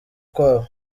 kwabo